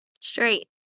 Straight